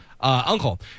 uncle